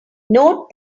note